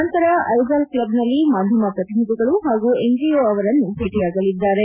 ನಂತರ ಐಜಾಲ್ ಕ್ತಬ್ನಲ್ಲಿ ಮಾಧ್ಯಮ ಪ್ರತಿನಿಧಿಗಳು ಹಾಗೂ ಎನ್ಜಿಒದವರನ್ನು ಭೇಟಿಯಾಗಲಿದ್ದಾರೆ